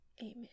amen